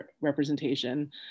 representation